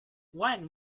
what